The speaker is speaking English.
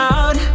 Out